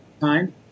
time